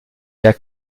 der